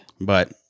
But-